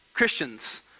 Christians